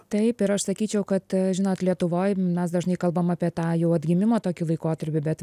taip ir aš sakyčiau kad žinot lietuvoj mes dažnai kalbam apie tą jau atgimimo tokį laikotarpį bet